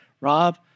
Rob